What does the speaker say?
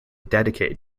dedicated